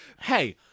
Hey